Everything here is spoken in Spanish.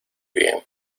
bien